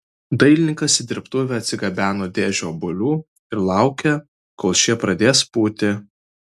dailininkas į dirbtuvę atsigabeno dėžę obuolių ir laukė kol šie pradės pūti